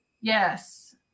Yes